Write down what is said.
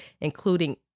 including